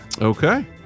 Okay